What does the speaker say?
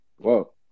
Whoa